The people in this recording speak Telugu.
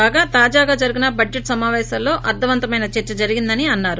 కాగా తాజాగా జరిగిన బడ్జెట్ సమాపేశాలలో అర్గవంతమైన చర్స జరిగిందని అన్నారు